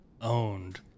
owned